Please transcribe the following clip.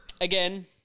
Again